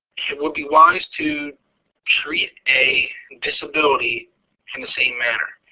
it would be wise to treat a disability in the same manner.